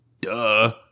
duh